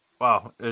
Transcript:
Wow